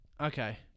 Okay